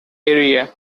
area